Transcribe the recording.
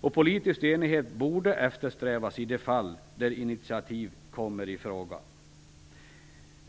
Politisk enighet borde eftersträvas i de fall då initiativ kommer i fråga.